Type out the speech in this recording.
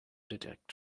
detect